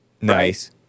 Nice